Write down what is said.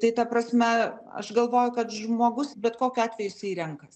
tai ta prasme aš galvoju kad žmogus bet kokiu atveju jisai renkasi